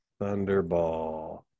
Thunderball